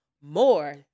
more